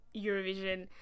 Eurovision